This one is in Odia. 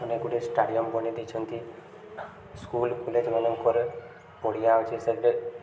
ଅନେକଗୁଡ଼ିଏ ଷ୍ଟାଡ଼ିୟମ୍ ବନେଇ ଦେଇଛନ୍ତି ସ୍କୁଲ୍ କଲେଜ୍ମାନଙ୍କରେ ପଡ଼ିଆ ଅଛି ସେଥିରେ